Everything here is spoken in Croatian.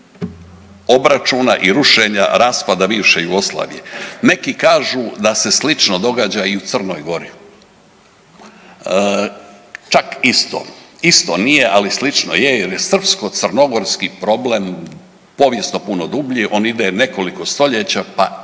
obračuna i rušenja raspada bivše Jugoslavije. Neki kažu da se slično događa i u Crnoj Gori, čak isto. Isto nije, ali slično je jer je srpsko-crnogorski problem povijesno puno dublji. On ide nekoliko stoljeća pa